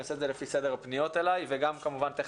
אני עושה את זה לפי סדר הפניות אליי וגם נשמע,